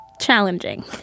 Challenging